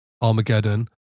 Armageddon